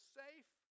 safe